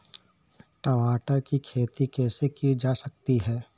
टमाटर की खेती कैसे की जा सकती है?